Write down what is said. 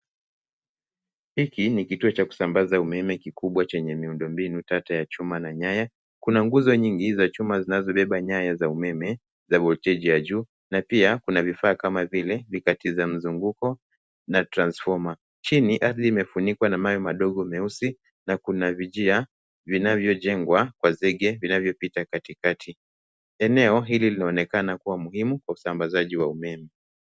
Hiki ni kituo cha kusambaza umeme kikubwa chenye miundombinu tata ya chuma na nyaya. Kuna nguzo nyingi za chuma zinazobeba nyaya za umeme za volti ya juu, na pia kuna vifaa kama vile vikati za mzunguko na transfoma. Chini ardhi imefunikwa na mawe madogo meusi, na kuna vinjia vinavyojengwa kwa zege vinavyopita katikati. Eneo hili linaonekana kuwa muhimu kwa usambazaji wa umeme.